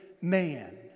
man